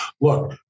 look